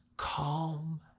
Calm